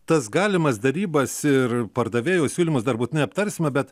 tas galimas derybas ir pardavėjų siūlymus dar būtinai aptarsime bet